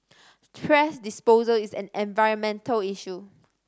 thrash disposal is an environmental issue